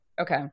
Okay